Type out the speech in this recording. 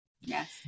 Yes